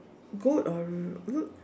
goat or look